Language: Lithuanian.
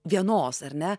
vienos ar ne